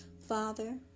Father